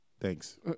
Thanks